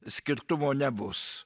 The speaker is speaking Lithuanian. skirtumo nebus